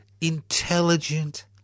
intelligent